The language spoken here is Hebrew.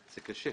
זה קשה.